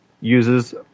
uses